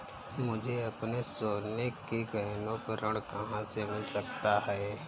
मुझे अपने सोने के गहनों पर ऋण कहाँ से मिल सकता है?